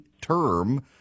term